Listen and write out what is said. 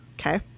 Okay